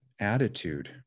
attitude